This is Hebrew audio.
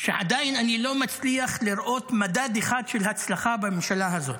ועדיין אני לא מצליח לראות מדד אחד של הצלחה בממשלה הזאת.